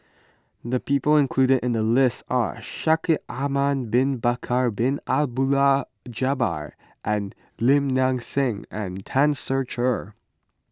the people included in the list are Shaikh Ahmad Bin Bakar Bin Abdullah Jabbar and Lim Nang Seng and Tan Ser Cher